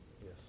Yes